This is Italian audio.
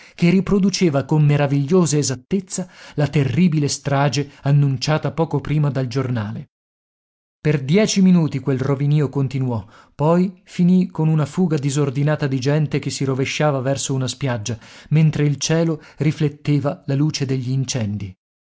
che riproduceva con meravigliosa esattezza la terribile strage annunciata poco prima dal giornale per dieci minuti quel rovinio continuò poi finì con una fuga disordinata di gente che si rovesciava verso una spiaggia mentre il cielo rifletteva la luce degli incendi